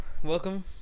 Welcome